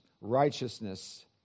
righteousness